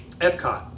Epcot